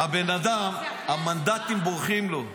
הבן אדם, המנדטים בורחים לו.